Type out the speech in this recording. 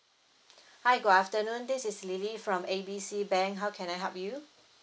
hi good afternoon this is lily from A B C bank how can I help you